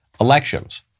elections